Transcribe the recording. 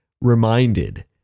reminded